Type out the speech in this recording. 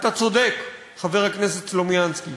אתה צודק, חבר הכנסת סלומינסקי.